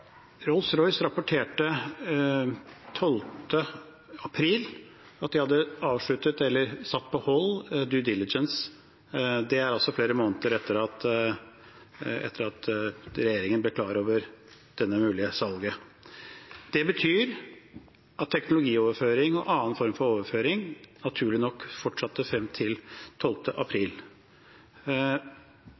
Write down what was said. rapporterte 12. april at de hadde avsluttet, eller satt på hold, «due diligence», altså flere måneder etter at regjeringen ble klar over dette mulige salget. Det betyr at teknologioverføring og annen form for overføring, naturlig nok, fortsatte frem til 12. april.